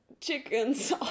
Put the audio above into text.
chickens